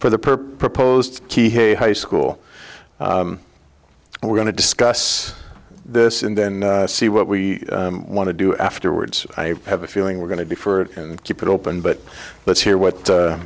for the purposed key hey high school we're going to discuss this and then see what we want to do afterwards i have a feeling we're going to be for it and keep it open but let's hear what the